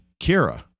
Kira